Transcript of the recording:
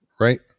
right